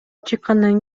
чыккандан